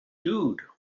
dude